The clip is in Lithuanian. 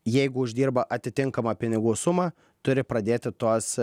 jeigu uždirba atitinkamą pinigų sumą turi pradėti tuos